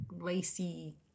lacy